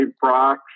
Brock